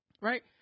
Right